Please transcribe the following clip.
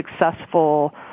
successful